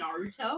Naruto